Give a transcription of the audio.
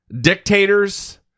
dictators